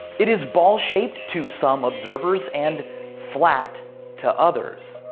it is ball shaped to some observers and flat to others.